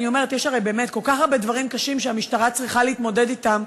יש הרי באמת כל כך הרבה דברים קשים שהמשטרה צריכה להתמודד אתם,